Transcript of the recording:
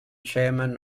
chairman